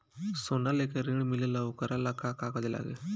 सोना लेके ऋण मिलेला वोकरा ला का कागज लागी?